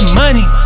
money